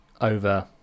over